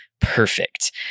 perfect